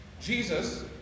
Jesus